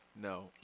No